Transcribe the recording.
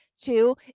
Two